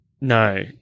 No